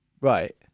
right